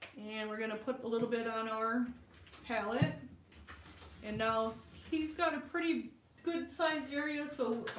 and we're gonna put a little bit on our palette and now he's got a pretty good size area. so,